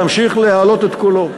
להמשיך להעלות את קולו.